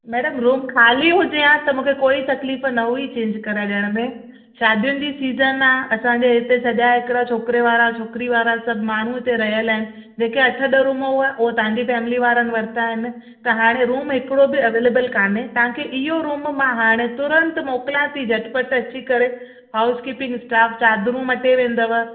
madam room ख़ाली हुजे हां त मूंखे कोई तकलीफ़ न हुई चेंज कराए ॾियण में शादियुनि जी सीज़न आहे असांजे हिते सॼा हिकिड़ा छोकिरे वारा छोकिरी वारा सभु माण्हूं हिते रहल आहिनि जेके अठ ॾह रूम हुआ उहे तव्हांजी फ़ैमिली वारनि वरिता आहिनि त हाणे रूम हिकिड़ो बि अवेलेबल कोन्हे तव्हांखे इहो रूम मां हाणे तुरंत मोकिलियां थी झटपट अची करे हाऊस कीपींग स्टाफ़ चादरुं मटे वेंदव